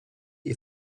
est